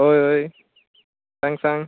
हय हय सांग सांग